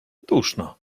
duszno